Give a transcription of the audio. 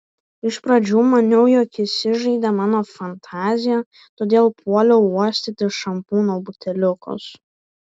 iš pradžių maniau jog įsižaidė mano fantazija todėl puoliau uostyti šampūno buteliukus